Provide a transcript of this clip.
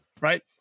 right